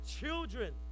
children